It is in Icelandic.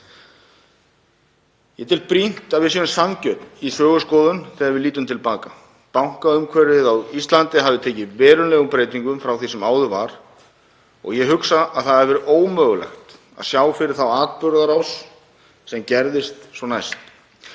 Ég tel brýnt að við séum sanngjörn í söguskoðun þegar við lítum til baka. Bankaumhverfið á Íslandi hafði tekið verulegum breytingum frá því sem áður var og ég hugsa að ómögulegt hafi verið að sjá fyrir þá atburðarás sem gerðist næst.